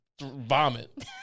vomit